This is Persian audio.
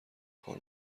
کار